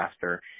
faster